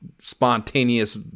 spontaneous